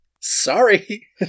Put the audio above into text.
Sorry